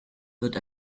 wird